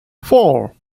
four